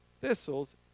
thistles